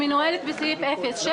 שמנוהלת בסעיף 06,